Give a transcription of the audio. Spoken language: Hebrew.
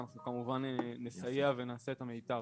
אנחנו כמובן נסייע ונעשה את המיטב.